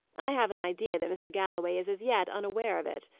i have an idea that mr. galloway is as yet unaware of it,